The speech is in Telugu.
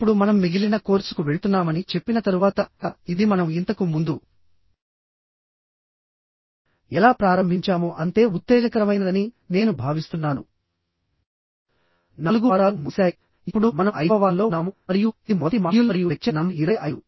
ఇప్పుడు మనం మిగిలిన కోర్సుకు వెళ్తున్నామని చెప్పిన తరువాత ఇది మనం ఇంతకు ముందు ఎలా ప్రారంభించామో అంతే ఉత్తేజకరమైనదని నేను భావిస్తున్నాను నాలుగు వారాలు ముగిశాయి ఇప్పుడు మనం ఐదవ వారంలో ఉన్నాము మరియు ఇది మొదటి మాడ్యూల్ మరియు లెక్చర్ నంబర్ 25